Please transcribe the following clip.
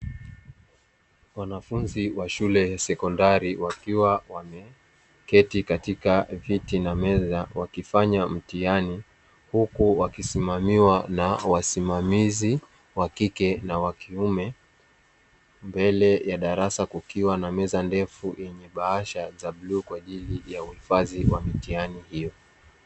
Wanafunzi wa shule sekondari wakiwa wameketi katika viti na meza wakifanya mtihani huku wakisimamiwa na wasimamizi wa kike na wa kiume, mbele ya darasa kukiwa na meza ndefu yenye bahasha za bluu kwa ajili ya uhifadhi wa mitihani hiyo.